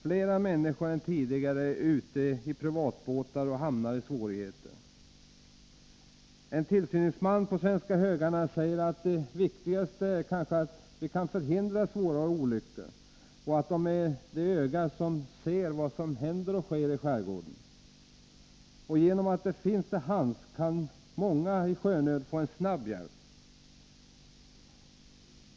Fler människor är ute i privatbåtar och hamnar i svårigheter. En tillsynsman på Svenska Högarna sade att den kanske viktigaste insats tillsynsmännen gör är att förhindra svåra olyckor. De utgör de ögon som ser vad som händer i skärgården. Genom att de finns kan många i sjönöd få en snabb hjälp.